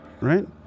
right